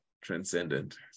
transcendent